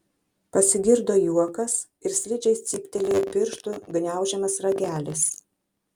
pasigirdo juokas ir slidžiai cyptelėjo pirštų gniaužiamas ragelis